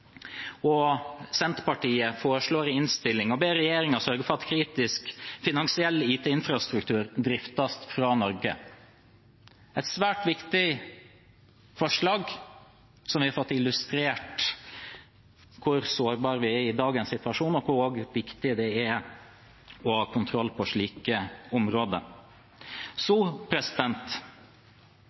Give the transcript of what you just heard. Senterpartiet foreslår i innstillingen å be regjeringen sørge for at kritisk finansiell IT-infrastruktur driftes fra Norge. Det er et svært viktig forslag, der vi har fått illustrert hvor sårbare vi er i dagens situasjon, og også hvor viktig det er å ha kontroll på slike områder.